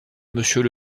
monsieur